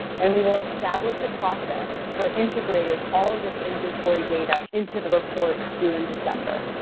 and we will establish a process for integrating all of this inventory data into the report due in december.